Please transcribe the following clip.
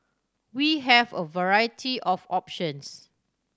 we have a variety of options